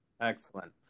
Excellent